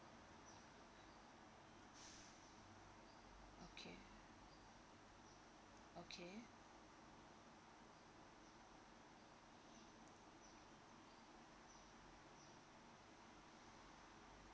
okay okay